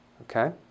okay